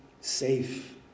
safe